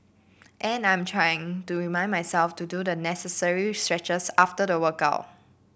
and I am trying to remind myself to do the necessary stretches after the workout